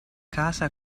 casa